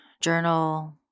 journal